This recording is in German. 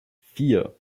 vier